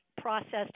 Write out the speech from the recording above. processed